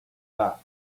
that